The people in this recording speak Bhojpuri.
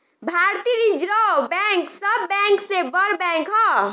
भारतीय रिज़र्व बैंक सब बैंक से बड़ बैंक ह